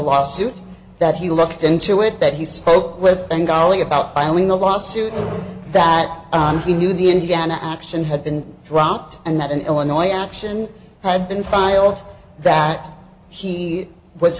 lawsuit that he looked into it that he spoke with bengali about filing a lawsuit that he knew the indiana action had been dropped and that an illinois action had been filed that he was